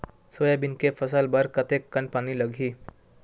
Soybean के फसल बर कतेक कन पानी लगही?